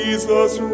Jesus